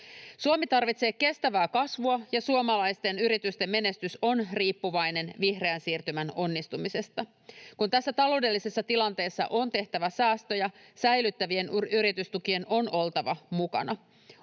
Suomi tarvitsee kestävää kasvua, ja suomalaisten yritysten menestys on riippuvainen vihreän siirtymän onnistumisesta. Kun tässä taloudellisessa tilanteessa on tehtävä säästöjä, säilyttävien yritystukien on oltava mukana.